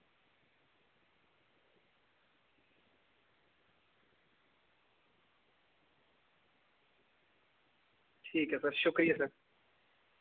ठीक ऐ सर शुक्रिया सर